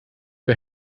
für